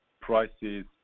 prices